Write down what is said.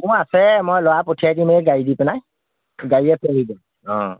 মোৰ আছে মই ল'ৰা পঠিয়াই দিম এই গাড়ী দি পেলাই গাড়ীয়ে থৈ আহিব অঁ